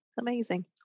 amazing